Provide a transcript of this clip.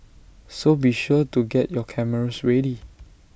so be sure to get your cameras ready